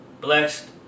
blessed